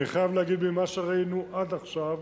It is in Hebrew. אני חייב להגיד שממה שראינו עד עכשיו